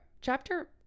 chapter